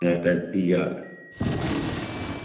जां पैंती ज्हार